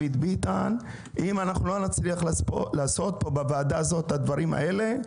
ואם לא נצליח לעשות פה בוועדה הזו את הדברים האלה,